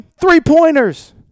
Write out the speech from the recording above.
three-pointers